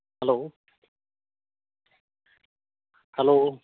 hello hello